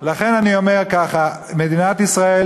ולכן אני אומר כך, מדינת ישראל